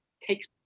takes